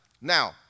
now